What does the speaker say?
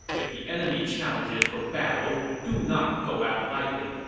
if the enemy challenges for battle, do not go out lightly.